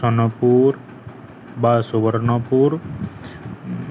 ସୋନପୁର ବା ସୁବର୍ଣ୍ଣପୁର